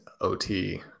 ot